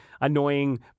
annoying